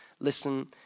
listen